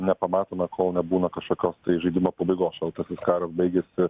nepamatome kol nebūna kažkokios tai žaidimo pabaigos šaltasis karas baigėsi